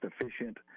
efficient